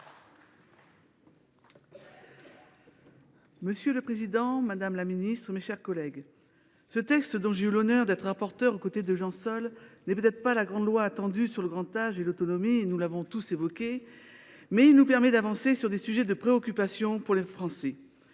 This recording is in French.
Monsieur le président, madame la ministre, mes chers collègues, ce texte, dont j’ai eu l’honneur d’être rapporteure aux côtés de M. Jean Sol, n’est peut être pas la grande loi attendue sur le grand âge et l’autonomie, mais il nous permet d’avancer sur des sujets de préoccupation pour les Français.